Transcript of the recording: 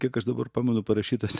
kiek aš dabar pamenu parašytas